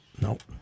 nope